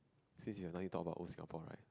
since you're now only talking about old Singapore right